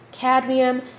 cadmium